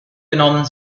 genommen